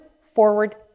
forward